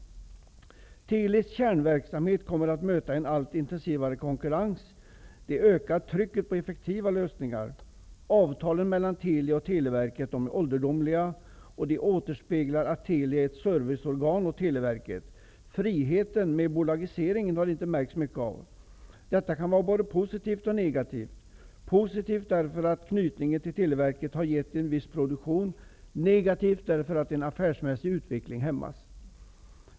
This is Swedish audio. Telis kärnverksamhet kommer att möta en allt intensivare konkurrens. Det ökar trycket på effektiva lösningar. Avtalen mellan Teli och Televerket är ålderdomliga och återspeglar det förhållandet att Teli är ett serviceorgan åt Televerket. Friheten med bolagiseringen har det inte märkts mycket av. Det kan vara både positivt och negativt: positivt därför att knytningen till Televerket har gett en viss produktion, negativt därför att en affärsmässig utveckling hämmas.